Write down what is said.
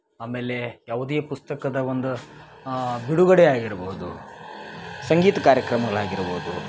ಆಮೇಲೆ ಯಾವುದೇ ಪುಸ್ತಕದ ಒಂದು ಬಿಡುಗಡೆ ಆಗಿರ್ಬೋದು ಸಂಗೀತ ಕಾರ್ಯಕ್ರಮಗಳಾಗಿರ್ಬೋದು